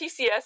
PCS